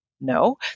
No